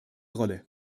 rolle